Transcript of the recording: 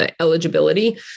eligibility